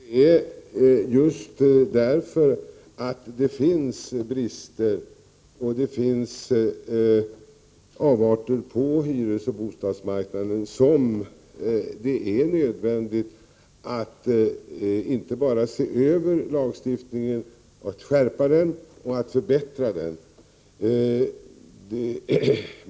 Fru talman! Det är just därför att det finns brister och avarter på hyresoch bostadsmarknaden som det är nödvändigt att se över lagstiftningen, att skärpa den och förbättra den.